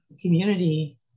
community